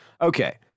Okay